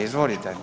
Izvolite.